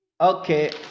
okay